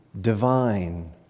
Divine